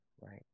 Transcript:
Right